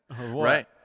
Right